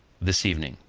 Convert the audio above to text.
this evening.